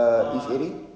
ah